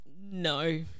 no